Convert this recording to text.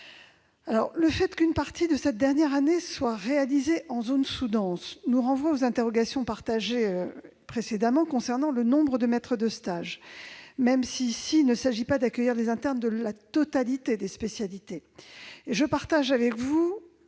Le fait qu'une partie de la dernière année soit réalisée en zone sous-dense nous renvoie aux interrogations partagées précédemment sur le nombre de maîtres de stage, même si, ici, il ne s'agit pas d'accueillir les internes de la totalité des spécialités. Néanmoins, je suis